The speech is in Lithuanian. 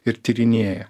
ir tyrinėja